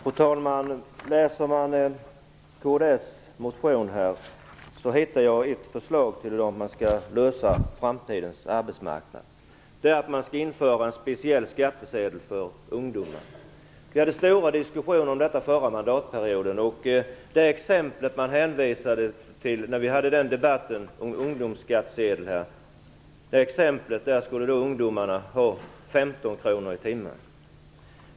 Fru talman! När jag läser kds motion hittar jag ett förslag till hur man skall lösa problemen på framtidens arbetsmarknad. Man skall införa ett speciell skattsedel för ungdomar. Vi förde stora diskussioner om detta under den förra mandatperioden. Enligt det exempel man hänvisade till i debatten om ungdomsskattsedlar skulle ungdomarna få 15 kr i timmen.